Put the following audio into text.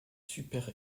super